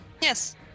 Yes